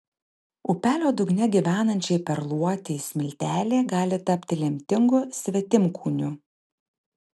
upelio dugne gyvenančiai perluotei smiltelė gali tapti lemtingu svetimkūniu